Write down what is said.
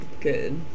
Good